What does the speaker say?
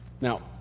Now